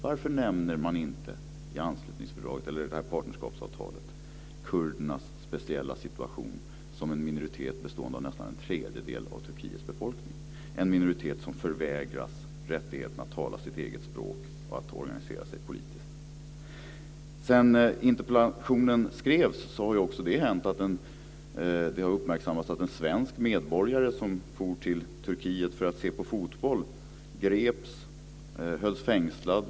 Varför nämner man inte i anslutningsfördraget eller partnerskapsavtalet kurdernas speciella situation som en minoritet bestående av nästan en tredjedel av Turkiets befolkning - en minoritet som förvägras rätten att tala sitt eget språk och att organisera sig politiskt? Sedan interpellationen skrevs har det också uppmärksammats att en svensk medborgare som for till Turkiet för att se på fotboll greps och hölls fängslad.